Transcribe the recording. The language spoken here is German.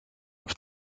auf